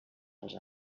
als